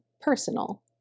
personal